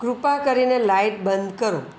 કૃપા કરીને લાઇટ બંધ કરો